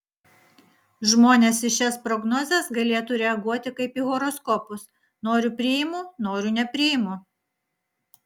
žmonės į šias prognozes galėtų reaguoti kaip į horoskopus noriu priimu noriu nepriimu